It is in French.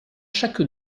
chaque